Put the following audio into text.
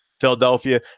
Philadelphia